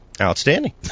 Outstanding